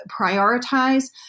prioritize